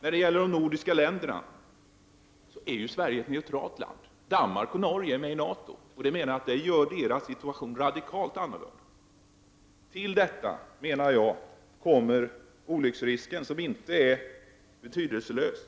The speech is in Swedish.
När det gäller de nordiska ländernas hållning är ju Sverige ett neutralt land medan Danmark och Norge är med i NATO. Det gör deras situation radikalt annorlunda. Till detta kommer olycksrisken, vilken inte är betydelselös.